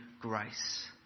grace